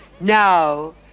now